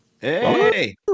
hey